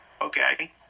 okay